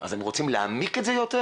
אז הם רוצים להעמיק את זה יותר?